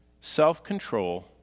self-control